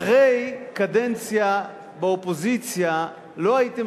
אחרי קדנציה באופוזיציה לא הייתם